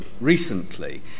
recently